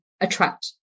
attract